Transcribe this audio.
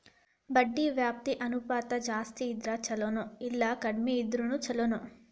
ಬಡ್ಡಿ ವ್ಯಾಪ್ತಿ ಅನುಪಾತ ಜಾಸ್ತಿ ಇದ್ರ ಛಲೊನೊ, ಇಲ್ಲಾ ಕಡ್ಮಿ ಇದ್ರ ಛಲೊನೊ?